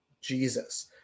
Jesus